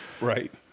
Right